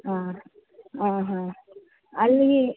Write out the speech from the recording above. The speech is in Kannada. ಹಾಂ ಹಾಂ ಹಾಂ ಅಲ್ಲಿ